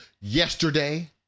yesterday